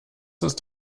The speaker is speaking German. ist